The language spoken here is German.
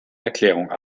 erklärung